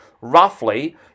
roughly